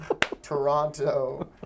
Toronto